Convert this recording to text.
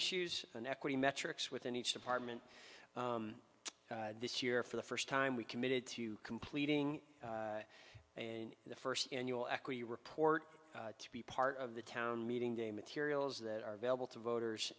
issues and equity metrics within each department this year for the first time we committed to completing and the first annual equity report to be part of the town meeting day materials that are available to voters